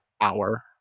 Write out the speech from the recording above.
hour